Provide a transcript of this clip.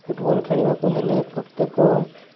football ଖେଳିବାକୁ ହେଲେ ପ୍ରତ୍ୟେକ